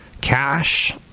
Cash